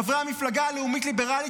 חברי המפלגה הלאומית-ליברלית,